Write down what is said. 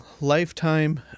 lifetime